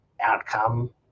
outcome